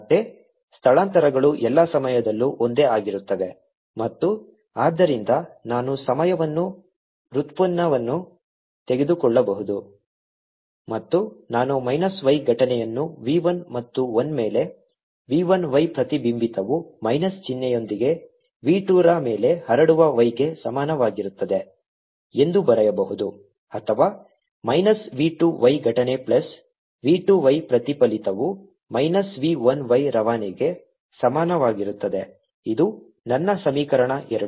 ಮತ್ತೆ ಸ್ಥಳಾಂತರಗಳು ಎಲ್ಲಾ ಸಮಯದಲ್ಲೂ ಒಂದೇ ಆಗಿರುತ್ತವೆ ಮತ್ತು ಆದ್ದರಿಂದ ನಾನು ಸಮಯವನ್ನು ವ್ಯುತ್ಪನ್ನವನ್ನು ತೆಗೆದುಕೊಳ್ಳಬಹುದು ಮತ್ತು ನಾನು ಮೈನಸ್ y ಘಟನೆಯನ್ನು v 1 ಮತ್ತು 1 ಮೇಲೆ v 1 y ಪ್ರತಿಬಿಂಬಿತವು ಮೈನಸ್ ಚಿಹ್ನೆಯೊಂದಿಗೆ v 2 ರ ಮೇಲೆ ಹರಡುವ y ಗೆ ಸಮನಾಗಿರುತ್ತದೆ ಎಂದು ಬರೆಯಬಹುದು ಅಥವಾ ಮೈನಸ್ v 2 y ಘಟನೆ ಪ್ಲಸ್ v 2 y ಪ್ರತಿಫಲಿತವು ಮೈನಸ್ v 1 y ರವಾನೆಗೆ ಸಮಾನವಾಗಿರುತ್ತದೆ ಇದು ನನ್ನ ಸಮೀಕರಣ ಎರಡು